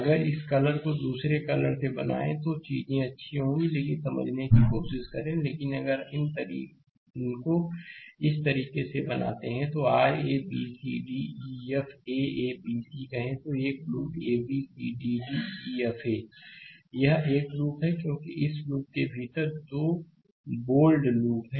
अगर इस कलर को दूसरे कलर से बनाएं तो चीजें अच्छी होंगी लेकिन समझने की कोशिश करें लेकिन अगर इनको इस तरीके से बनाते हैं जैसे r a b c d e f a a b c कहे तो यह एक लूप है a b c d d e f a यह एक लूप है क्योंकि इस लूप के भीतर 2 बोल्ड लूप हैं